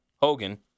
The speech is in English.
Hogan